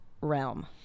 realm